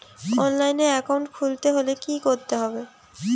অনলাইনে একাউন্ট খুলতে হলে কি করতে হবে?